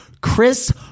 Chris